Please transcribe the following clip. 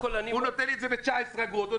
הוא נותן לי את זה ב-19 אגורות,